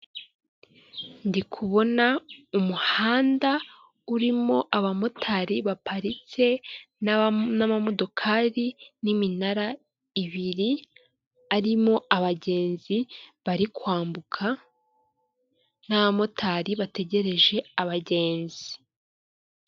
Ndikubona umuhanda urimo aba motari baparitse n'amamodokari, n'iminara ibiri arimo abagenzi bari kwambuka, n'abamotari bategereje abagenzi.